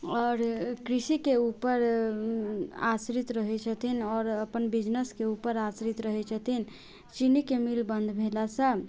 आओर कृषिके उपर आश्रित रहै छथिन आओर अपन बिजनेसके उपर आश्रित रहै छथिन चीनीके मील बन्द भेलासँ